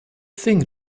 thing